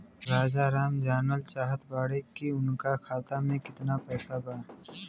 राजाराम जानल चाहत बड़े की उनका खाता में कितना पैसा बा?